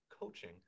coaching